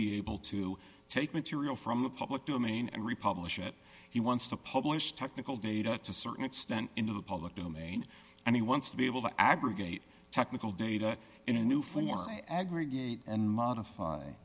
be able to take material from the public domain and republish it he wants to publish technical data to certain extent into the public domain and he wants to be able to aggregate technical data in a new form my aggregate and modify